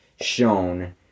shown